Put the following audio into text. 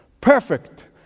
perfect